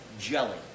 jelly